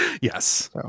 yes